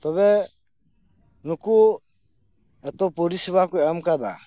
ᱛᱚᱵᱮ ᱱᱩᱠᱩ ᱮᱛᱚ ᱯᱚᱨᱤᱥᱮᱵᱟ ᱠᱚ ᱮᱢ ᱟᱠᱟᱫᱟ